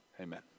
Amen